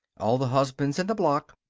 all the husbands in the block,